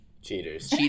Cheaters